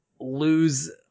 lose